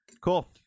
Cool